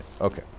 Okay